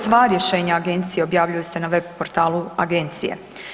Sva rješenja agencije objavljuju se na web portalu agencije.